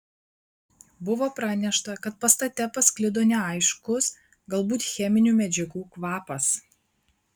buvo pranešta kad pastate pasklido neaiškus galbūt cheminių medžiagų kvapas